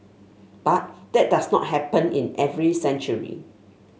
but that does not happen in every century